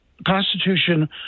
Constitution